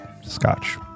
scotch